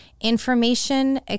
information